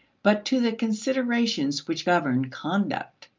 but to the considerations which govern conduct.